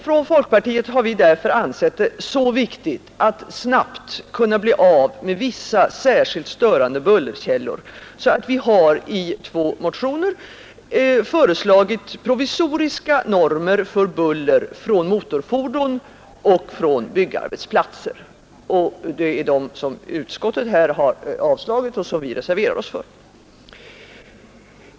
Från folkpartiets sida har vi därför ansett det så viktigt att snabbt kunna bli av med vissa särskilt störande bullerkällor att vii två motioner föreslagit provisoriska normer för buller från motorfordon och från byggarbetsplatser. Det är dessa motioner som utskottet här avstyrkt och som vi reserverat oss till förmån för.